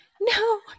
no